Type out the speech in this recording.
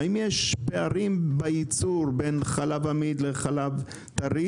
האם יש פערים בייצור בין חלב עמיד לחלב טרי